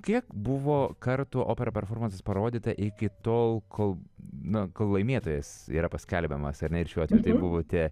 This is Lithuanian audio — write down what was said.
kiek buvo kartų opera performansas parodyta iki tol kol na laimėtojas yra paskelbiamas ar ne ir šiuo atveju tai buvote